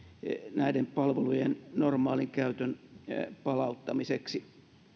näiden palvelujen normaalin käytön palauttamiseksi